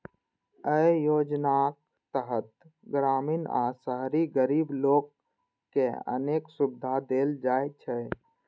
अय योजनाक तहत ग्रामीण आ शहरी गरीब लोक कें अनेक सुविधा देल जाइ छै